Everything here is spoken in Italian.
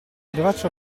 braccia